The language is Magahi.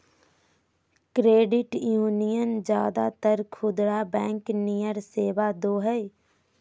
क्रेडिट यूनीयन ज्यादातर खुदरा बैंक नियर सेवा दो हइ